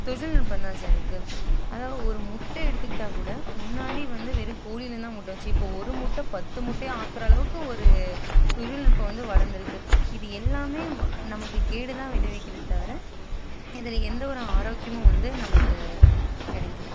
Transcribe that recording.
தொழில்நுட்பம் தான் சார் இருக்குது அதாவது ஒரு முட்டை எடுத்துக்கிட்டா கூட முன்னாடி வந்து வெறும் கோழியில் இருந்து தான் முட்டை வந்துச்சி இப்போ ஒரு முட்டை பத்து முட்டையாக ஆக்கிற அளவுக்கு ஒரு தொழில்நுட்பம் வந்து வளர்ந்துருக்கு இது எல்லாம் நமக்கு கேடு தான் விளைவிக்கிதே தவிர இதில் எந்த ஒரு ஆரோக்கியமும் வந்து நமக்கு கிடைக்கல